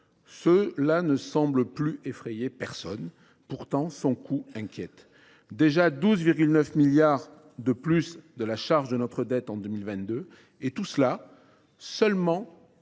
Cela ne semble plus effrayer personne. Pourtant, son coût inquiète : déjà 12,9 milliards d’euros de plus de la charge de notre dette en 2022, et cela seulement